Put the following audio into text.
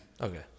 Okay